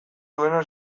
duena